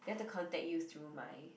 they had to contact you through my